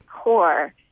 core